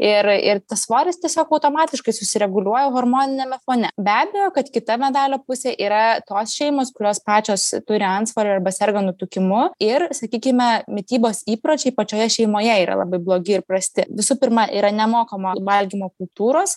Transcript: ir ir tas svoris tiesiog automatiškai susireguliuoja hormoniniame fone be abejo kad kita medalio pusė yra tos šeimos kurios pačios turi antsvorio arba serga nutukimu ir sakykime mitybos įpročiai pačioje šeimoje yra labai blogi ir prasti visų pirma yra nemokoma valgymo kultūros